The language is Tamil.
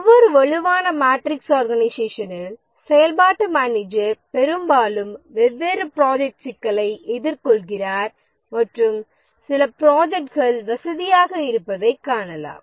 ஒரு வலுவான மேட்ரிக்ஸ் ஆர்கனைசேஷனில் செயல்பாட்டு மேனேஜர் பெரும்பாலும் வெவ்வேறு ப்ரோஜெக்ட் சிக்கலை எதிர்கொள்கிறார் மற்றும் சில ப்ரோஜெக்ட்கள் வசதியாக இருப்பதைக் காணலாம்